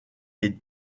est